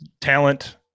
talent